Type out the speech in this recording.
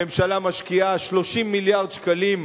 הממשלה משקיעה 30 מיליארד שקלים,